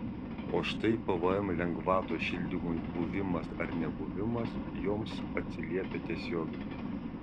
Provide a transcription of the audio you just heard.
o štai pvm lengvatos šildymui buvimas ar nebuvimas joms atsiliepia tiesiogiai